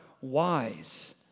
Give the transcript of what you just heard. wise